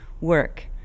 work